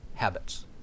habits